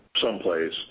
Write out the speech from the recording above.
someplace